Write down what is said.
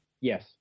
Yes